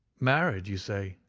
married, you say?